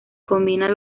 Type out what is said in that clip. combina